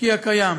החוקי הקיים,